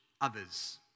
others